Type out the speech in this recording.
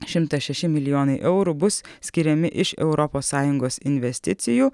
šimtas šeši milijonai eurų bus skiriami iš europos sąjungos investicijų